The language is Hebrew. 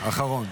משפט אחרון.